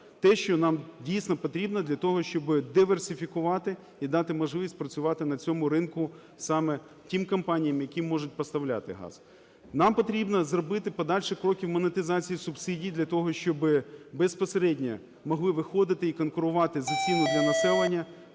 Те, що нам, дійсно потрібно для того, щоби диверсифікувати і дати можливість працювати на цьому ринку саме тим компаніям, які можуть поставляти газ, нам потрібно зробити подальші кроки в монетизації субсидій для того, щоби безпосередньо могли виходити і конкурувати за ціни для населення